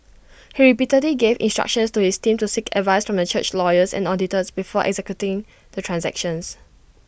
he repeatedly gave instructions to his team to seek advice from the church's lawyers and auditors before executing the transactions